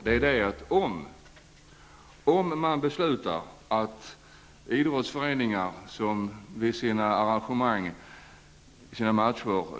Det finns idrottsföreningar som drar mycket folk till sina matcher.